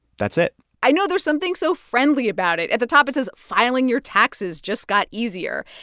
that's it i know. there's something so friendly about it. at the top, it says filing your taxes just got easier.